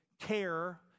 care